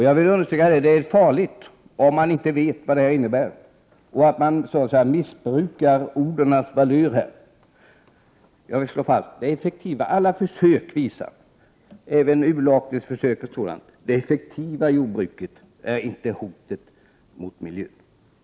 Jag vill understryka att det är farligt, om man inte vet vad det innebär att bedriva ett effektivt jordbruk och man så att säga missbrukar ordens valör här. Alla försök visar, även urlakningsförsök, att det effektiva jordbruket är inget hot mot miljön. Jag vill slå fast det.